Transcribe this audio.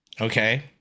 Okay